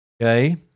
Okay